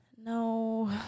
no